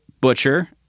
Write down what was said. Butcher